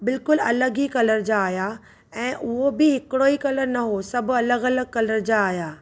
बिल्कुल अलॻि ई कलर जा आया ऐं उहो बि हिकडो ई कलर न हो हो सभु अलॻि अलॻि कलर जा आया